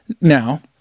now